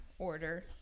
order